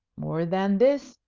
more than this,